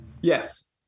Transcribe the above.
Yes